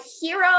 hero